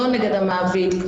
לא נגד המעביד,